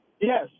yes